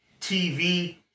TV